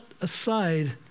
aside